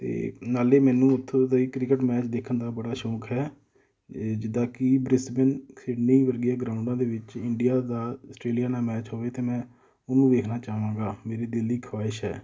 ਅਤੇ ਨਾਲੇ ਮੈਨੂੰ ਉੱਥੋਂ ਦੇ ਕ੍ਰਿਕਟ ਮੈਚ ਦੇਖਣ ਦਾ ਬੜਾ ਸ਼ੌਕ ਹੈ ਅ ਜਿੱਦਾਂ ਕਿ ਬ੍ਰਿਸਬਿਨ ਖਿਡਨੀ ਵਰਗੀਆਂ ਗਰਾਊਂਡਾਂ ਦੇ ਵਿੱਚ ਇੰਡੀਆ ਦਾ ਆਸਟ੍ਰੇਲੀਆ ਨਾਲ ਮੈਚ ਹੋਵੇ ਤਾਂ ਮੈਂ ਉਹਨੂੰ ਦੇਖਣਾ ਚਾਹਵਾਂਗਾ ਮੇਰੀ ਦਿਲ ਦੀ ਖਵਾਹਿਸ਼ ਹੈ